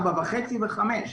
4.5 ו-5.